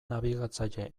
nabigatzaile